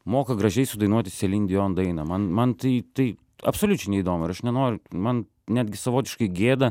moka gražiai sudainuoti selin dion dainą man man tai tai absoliučiai neįdomu ir aš nenoriu man netgi savotiškai gėda